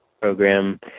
program